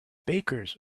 bakers